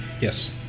Yes